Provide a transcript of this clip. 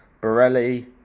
Borelli